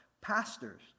pastor's